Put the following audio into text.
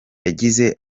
yagize